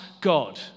God